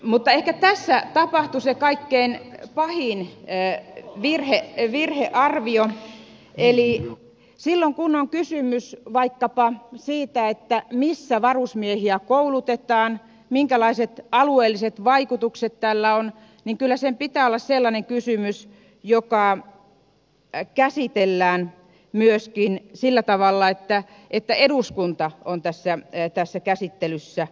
mutta ehkä tässä tapahtui se kaikkein pahin virhearvio eli silloin kun on kysymys vaikkapa siitä missä varusmiehiä koulutetaan minkälaiset alueelliset vaikutukset tällä on niin kyllä sen pitää olla sellainen kysymys joka käsitellään myöskin sillä tavalla että eduskunta on tässä käsittelyssä mukana